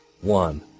one